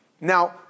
Now